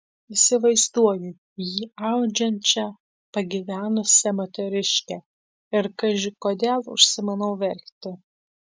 įsivaizduoju jį audžiančią pagyvenusią moteriškę ir kaži kodėl užsimanau verkti